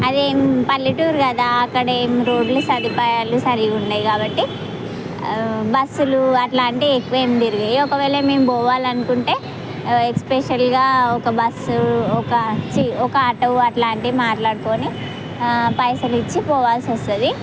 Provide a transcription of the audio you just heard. అదే పల్లెటూరు కదా అక్కడ ఏం రోడ్లు సదుపాయాలు సరిగా ఉండవు కాబట్టి బస్సులు అలాంటివి ఎక్కువ ఏమి తిరిగవు ఒకవేళ మేము పోవాలి అనుకుంటే ఎస్పెషల్గా ఒక బస్సు ఒక ఛి ఒక ఆటో అలాంటి మాట్లాడుకుని పైసలు ఇచ్చి పోవాల్సి వస్తుంది